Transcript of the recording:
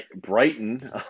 Brighton